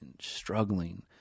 struggling